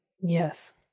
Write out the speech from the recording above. Yes